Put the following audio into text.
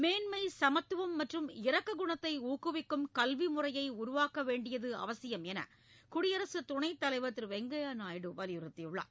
மேன்மை சமத்துவம் மற்றும் இரக்க குணத்தை ஊக்குவிக்கும் கல்வி முறையை உருவாக்க வேண்டியது அவசியம் என குடியரசு துணைத் தலைவர் திரு வெங்கய்ய நாயுடு வலியுறுத்தியுள்ளார்